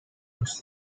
first